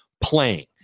playing